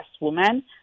woman